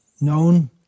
known